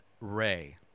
Ray